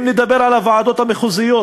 אם נדבר על הוועדות המחוזיות,